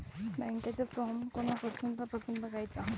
बँकेचो फार्म कोणाकडसून तपासूच बगायचा?